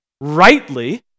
rightly